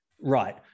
Right